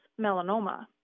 melanoma